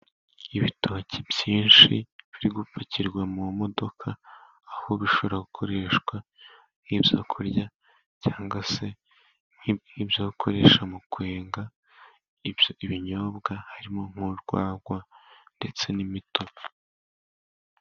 Ibitoki byinshi biri gupakirwa mu modoka, aho bishobora gukoreshwa nkibyo kurya cyangwa se nk'ibyakoreshwa mu kwenga ibinyobwa harimo n'urwagwa ndetse n'imitobe.